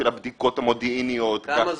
מערכים של בדיקות מודיעיניות -- כמה זמן?